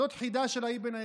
זאת חידה של אבן עזרא.